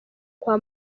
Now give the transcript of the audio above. kwa